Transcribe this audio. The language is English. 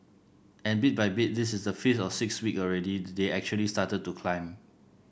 and bit by bit this is the fifth or sixth week already they actually started to climb